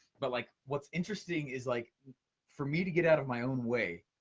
but like, what's interesting is like for me to get out of my own way,